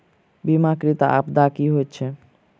बीमाकृत आपदा की होइत छैक?